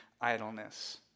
idleness